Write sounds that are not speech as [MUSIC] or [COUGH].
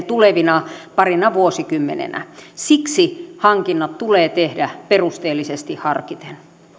[UNINTELLIGIBLE] tulevina parina vuosikymmenenä siksi hankinnat tulee tehdä perusteellisesti harkiten